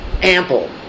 ample